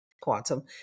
Quantum